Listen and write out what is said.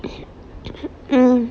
mm